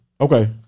Okay